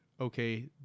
okay